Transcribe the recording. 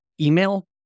email